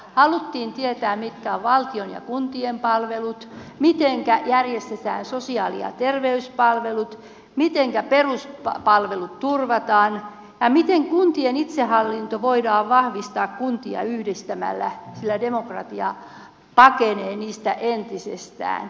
haluttiin tietää mitkä ovat valtion ja kuntien palvelut mitenkä järjestetään sosiaali ja terveyspalvelut mitenkä peruspalvelut turvataan ja miten kuntien itsehallintoa voidaan vahvistaa kuntia yhdistämällä sillä demokratia pakenee niistä entisestään